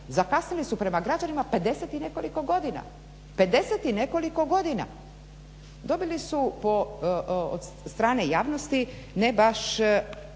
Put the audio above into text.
Zakasnili su prema građanima 50 i nekoliko godina. Dobili su po od strane javnosti ne baš